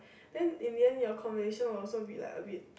then in the end your conversation will also be like a bit